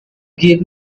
give